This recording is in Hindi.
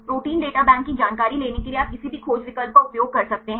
प्रोटीन डेटा बैंक की जानकारी लेने के लिए आप किसी भी खोज विकल्प का उपयोग कर सकते हैं